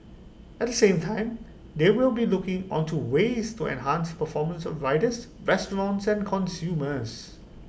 at the same time they will be looking onto ways to enhance performance of riders restaurants and consumers